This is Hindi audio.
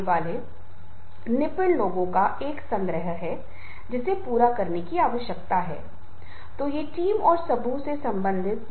वास्तव में प्रेरित होने के लिए संबंधित है